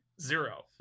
Zero